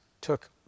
took